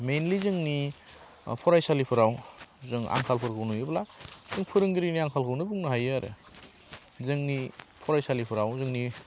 मेनलि जोंनि फरायसालिफोराव जों आंखालफोरखौ नुयोब्ला जों फोरोंगिरिनि आंखालखौनो बुंनो हायो आरो जोंनि फरायसालिफोराव जोंनि